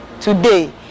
Today